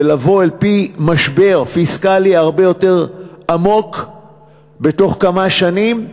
ולבוא אל פי משבר פיסקלי הרבה יותר עמוק בתוך כמה שנים.